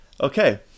Okay